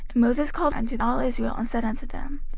moses called unto all israel, and said unto them,